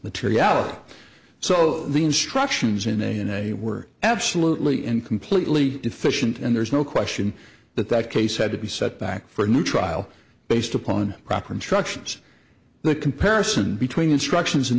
materiality so the instructions in a in a were absolutely and completely efficient and there's no question that that case had to be set back for a new trial based upon proper instructions the comparison between instructions in